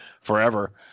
forever